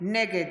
נגד